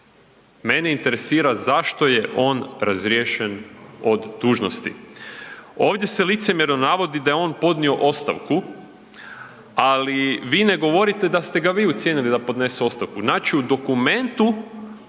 Mene interesira zašto je on razriješen dužnosti? Ovdje se licemjerno navodi da je on podnio ostavku, ali vi ne govorite da ste ga vi ucijenili da podnese ostavku. Znači u dokumentu